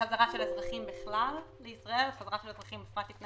אזרחים בכלל לישראל וחזרה של אזרחים בפרט לפני